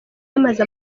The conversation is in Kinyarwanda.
yamaze